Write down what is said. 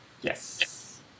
Yes